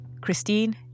Christine